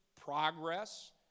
progress